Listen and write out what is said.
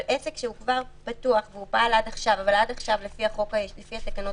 אבל עסק שהוא כבר פתוח והוא פעל עד עכשיו אבל עד עכשיו לפי התקנות